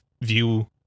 view